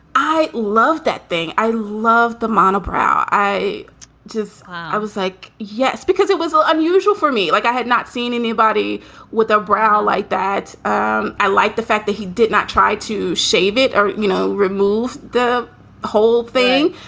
i love that thing. i love the mondo brow. i just i was like, yes, because it was ah unusual for me. like, i had not seen anybody with a bra like that. um i like the fact that he did not try to shave it you know, remove the whole thing.